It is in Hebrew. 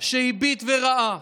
שהביט וראה,